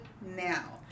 now